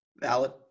Valid